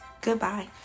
Goodbye